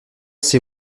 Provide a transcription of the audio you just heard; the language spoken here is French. six